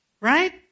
Right